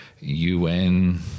un